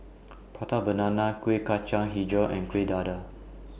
Prata Banana Kueh Kacang Hijau and Kuih Dadar